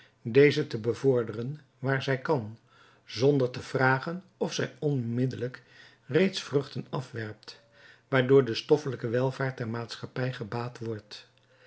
deze te bevorderen waar zij kan zonder te vragen of zij onmiddellijk reeds vruchten afwerpt waardoor de stoffelijke welvaart der maatschappij gebaat wordt